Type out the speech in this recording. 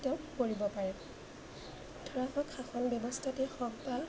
তেওঁ কৰিব পাৰে ধৰা হওক শাসন ব্যৱস্থাতেই হওক বা